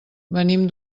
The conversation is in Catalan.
venim